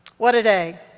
what a day.